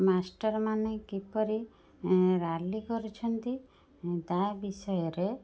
ମାଷ୍ଟରମାନେ କିପରି ରାଲି କରିଛନ୍ତି ତା' ବିଷୟରେ